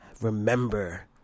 remember